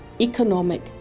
economic